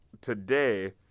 today